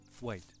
Wait